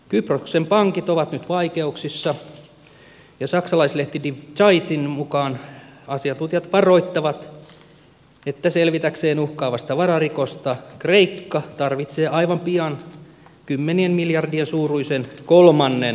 kyproksen pankit ovat nyt vaikeuksissa ja saksalaislehti die zeitin mukaan asiantuntijat varoittavat että selvitäkseen uhkaavasta vararikosta kreikka tarvitsee aivan pian kymmenien miljardien suuruisen kolmannen tukipaketin